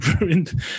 ruined